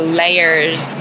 layers